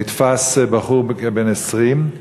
נתפס בחור כבן 20,